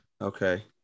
Okay